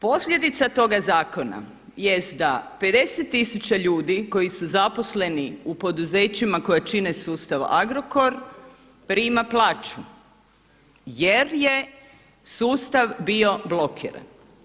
Posljedica toga zakona jest da 50 000 ljudi koji su zaposleni u poduzećima koja čine sustav Agrokor prima plaću jer je sustav bio blokiran.